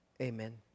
amen